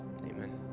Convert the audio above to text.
amen